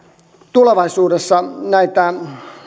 tulevaisuudessa näitä